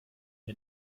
der